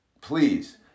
please